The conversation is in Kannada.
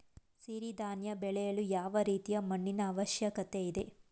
ಸಿರಿ ಧಾನ್ಯ ಬೆಳೆಯಲು ಯಾವ ರೀತಿಯ ಮಣ್ಣಿನ ಅವಶ್ಯಕತೆ ಇದೆ?